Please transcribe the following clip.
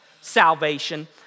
salvation